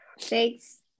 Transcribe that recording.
Thanks